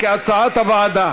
35, אין נמנעים.